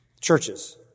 churches